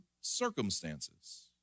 circumstances